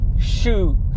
Shoot